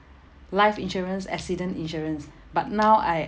life insurance accident insurance but now I